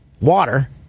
water